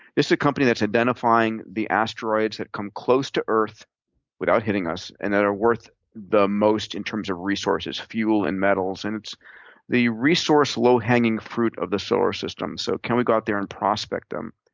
this is a company that's identifying the asteroids that come close to earth without hitting us and that are worth the most in terms of resources fuel and metals. and it's the resource low-hanging fruit of the solar system, so can we go out there and prospect them?